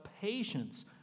patience